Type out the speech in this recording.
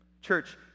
Church